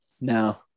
no